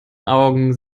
augen